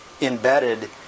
embedded